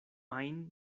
ajn